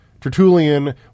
Tertullian